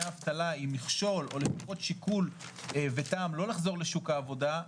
אבטלה הי מכשול או לפחות שיקול וטעם לא לחזור לשוק העבודה,